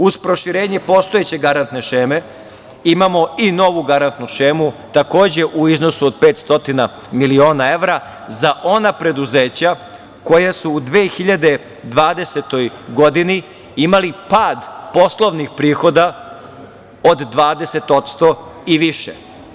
Uz proširenje postojeće garante šeme imamo i novu garantnu šemu, takođe u iznosu od 500 miliona evra za ona preduzeća koja su u 2020. godini imali pad poslovnih prihoda od 20% i više.